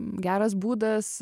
geras būdas